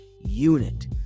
unit